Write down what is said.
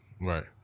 Right